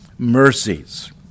mercies